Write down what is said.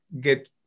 get